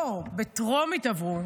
לא, בטרומית עברו.